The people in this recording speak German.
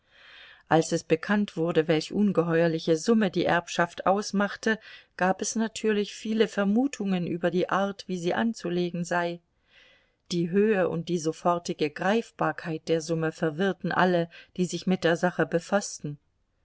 als es bekannt wurde welch ungeheuerliche summe die erbschaft ausmachte gab es natürlich viele vermutungen über die art wie sie anzulegen sei die höhe und die sofortige greifbarkeit der summe verwirrte alle die sich mit der sache befaßten